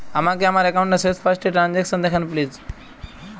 আমাকে আমার একাউন্টের শেষ পাঁচটি ট্রানজ্যাকসন দেখান প্লিজ